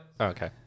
Okay